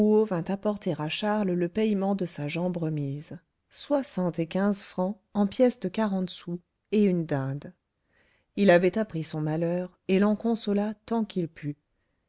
rouault vint apporter à charles le payement de sa jambe remise soixante et quinze francs en pièces de quarante sous et une dinde il avait appris son malheur et l'en consola tant qu'il put